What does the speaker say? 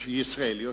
ישראליות,